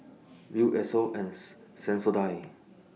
Viu Esso and Sensodyne